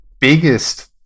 biggest